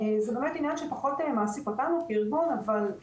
זה באמת עניין שפחות מעסיק אותנו כארגון, אבל אני